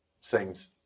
Seems